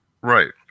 Right